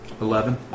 Eleven